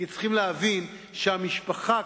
כי צריך להבין שהמשפחה,